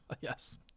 Yes